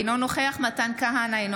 אינו נוכח מתן כהנא, אינו